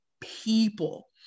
people